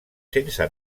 sense